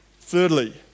Thirdly